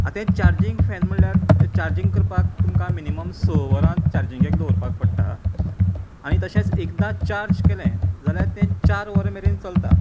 आतां हें charging fan म्हळ्यार चार्जिंग करपाक तुमकां मिनीमम स वरां चार्जिंगेक दवरपाक पडटा आनी तशेंच एकदांच चार्ज केलें जाल्यार तें चार वरां मेरेन चलता